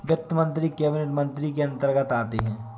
वित्त मंत्री कैबिनेट मंत्री के अंतर्गत आते है